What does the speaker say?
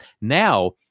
Now